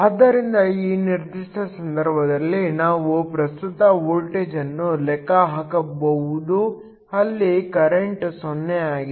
ಆದ್ದರಿಂದ ಈ ನಿರ್ದಿಷ್ಟ ಸಂದರ್ಭದಲ್ಲಿ ನಾವು ಪ್ರಸ್ತುತ ವೋಲ್ಟೇಜ್ ಅನ್ನು ಲೆಕ್ಕ ಹಾಕಬಹುದು ಅಲ್ಲಿ ಕರೆಂಟ್ 0 ಆಗಿದೆ